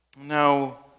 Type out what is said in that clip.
Now